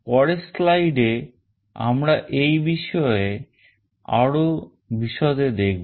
পরের slideএ আমরা এই বিষয়ে আরো বিশদে দেখব